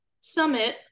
Summit